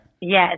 Yes